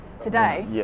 today